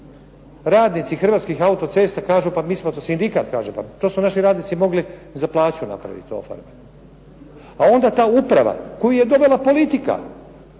Radnici Hrvatskih autocesta kažu pa mi smo, sindikat kaže pa to su naši radnici mogli za plaću napraviti i ofarbati. A onda ta uprava koju je dovela politika,